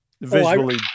visually